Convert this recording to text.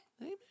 Amen